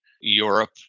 Europe